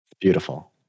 beautiful